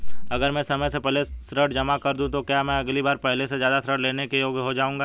अगर मैं समय से पहले ऋण जमा कर दूं तो क्या मैं अगली बार पहले से ज़्यादा ऋण लेने के योग्य हो जाऊँगा?